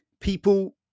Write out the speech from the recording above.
people